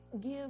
give